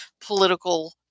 political